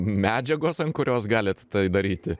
medžiagos ant kurios galit tai daryti